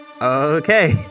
Okay